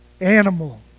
animal